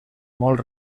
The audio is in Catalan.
molt